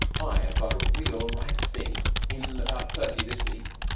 i have got a real ripe thing in about percy this week,